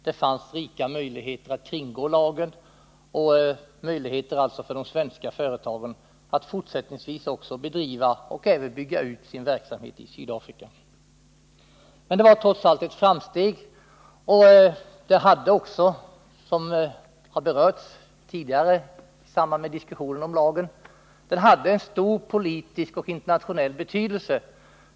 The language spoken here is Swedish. Det fanns rika möjligheter att kringgå lagen för de svenska företagen så att de fortsättningsvis kunde bedriva och även bygga ut sin verksamhet i Men lagen var trots allt ett framsteg. Den hade också, som berörts i samband med diskussionen om lagen, stor politisk och internationell betydelse.